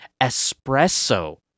Espresso